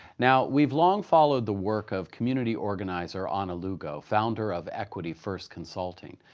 now, we've long followed the work of community organizer ana lugo, founder of equity first consulting.